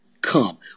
come